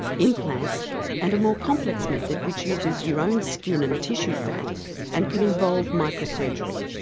implants and a more complex method which uses your own skin and tissue fat and can involve microsurgery.